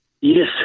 Yes